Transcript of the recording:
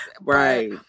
Right